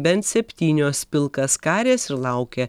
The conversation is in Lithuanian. bent septynios pilkaskarės ir laukia